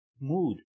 mood